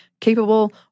capable